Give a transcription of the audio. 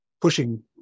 pushing